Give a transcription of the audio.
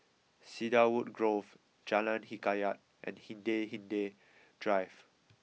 Cedarwood Grove Jalan Hikayat and Hindhede Drive